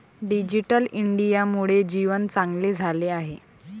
digital इंडियामुळे जीवन चांगले झाले आहे